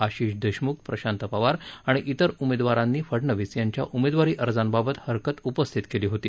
आशिष देशमुख प्रशांत पवार आणि विर उमेदवारांनी फडणवीस यांच्या उमेदवारी अर्जांबाबत हरकत उपस्थित केली होती